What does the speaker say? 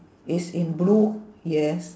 it's in blue yes